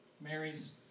Mary's